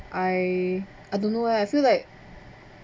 I I don't know leh I feel like